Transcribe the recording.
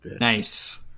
Nice